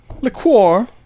Liqueur